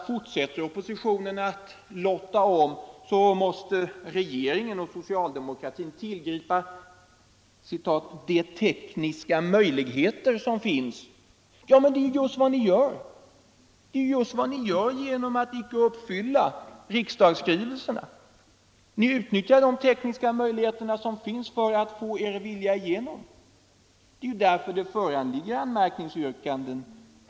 Fortsätter oppositionen att lotta om, säger herr Bergqvist, så måste regeringen och socialdemokratin tillgripa ”de tekniska möjligheter som finns”. Men det är ju just vad ni gör genom att icke uppfylla riksdagsskrivelserna! Ni utnyttjar de tekniska möjligheter som finns för att få er vilja igenom! Det är ju också därför det föreligger anmärkningsyrkanden.